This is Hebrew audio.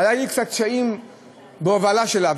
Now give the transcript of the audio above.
היו לי קצת קשיים בהובלה שלה,